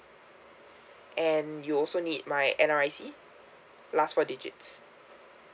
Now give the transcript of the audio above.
and you also need my N_R_I_C last four digits